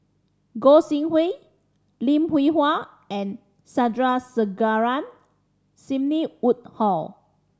Gog Sing Hooi Lim Hwee Hua and Sandrasegaran Sidney Woodhull